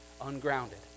ungrounded